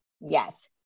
Yes